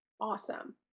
awesome